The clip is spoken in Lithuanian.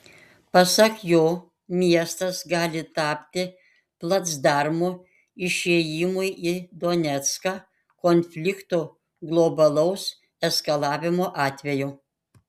pasak jo miestas gali tapti placdarmu išėjimui į donecką konflikto globalaus eskalavimo atveju